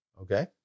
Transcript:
Okay